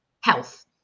health